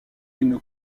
une